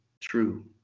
true